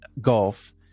golf